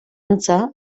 antza